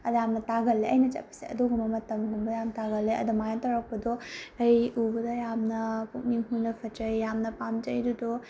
ꯌꯥꯝꯅ ꯇꯥꯒꯜꯂꯦ ꯑꯩꯅ ꯆꯠꯄꯁꯦ ꯑꯗꯨꯒꯨꯝꯕ ꯃꯇꯝꯒꯨꯝꯕ ꯌꯥꯝ ꯇꯥꯒꯜꯂꯦ ꯑꯗꯨꯃꯥꯏꯅ ꯇꯧꯔꯛꯄꯗꯣ ꯑꯩ ꯎꯕꯗ ꯌꯥꯝꯅ ꯄꯨꯛꯅꯤꯡ ꯍꯨꯅ ꯐꯖꯩ ꯌꯥꯝꯅ ꯄꯥꯝꯖꯩ ꯑꯗꯨꯗꯣ